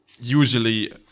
usually